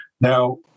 Now